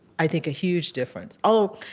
i think, a huge difference. although,